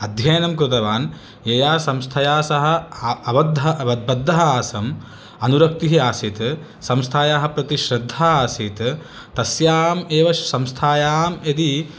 अध्ययनं कृतवान् यया संस्थया सह अवद्ध बद्धः आसम् अनुरक्तिः आसीत् संस्थायाः प्रति श्रद्धा आसीत् तस्याम् एव संस्थायां यदि